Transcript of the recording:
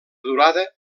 durada